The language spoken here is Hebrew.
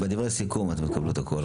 בדברי הסיכום תקבלו את הכול.